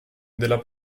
della